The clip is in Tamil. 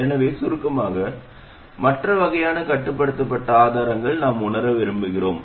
எனவே சுருக்கமாக மற்ற வகையான கட்டுப்படுத்தப்பட்ட ஆதாரங்களை நாம் உணர விரும்புகிறோம்